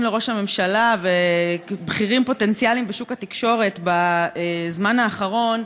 לראש הממשלה ובכירים פוטנציאליים בשוק התקשורת בזמן האחרון.